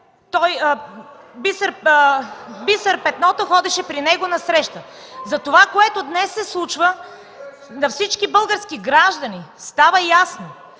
Бисер Петното ходеше при него на среща. Затова, което днес се случва, на всички български граждани става ясно,